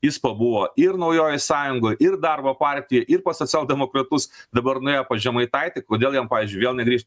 jis pabuvo ir naujojoj sąjungoj ir darbo partijoj ir pas socialdemokratus dabar nuėjo pas žemaitaitį kodėl jam pavyzdžiui vėl negrįž